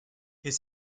his